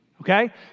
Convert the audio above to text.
Okay